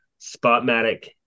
Spotmatic